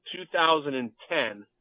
2010